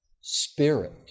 spirit